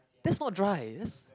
that's not dry that's